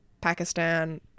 Pakistan